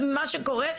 מה שקורה,